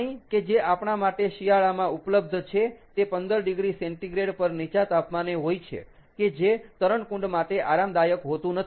પાણી કે જે આપણા માટે શિયાળામાં ઉપલબ્ધ છે તે 15oC પર નીચા તાપમાને હોય છે કે જે તરણકુંડ માટે આરામદાયક હોતું નથી